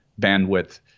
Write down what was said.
bandwidth